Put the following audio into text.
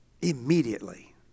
immediately